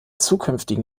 zukünftigen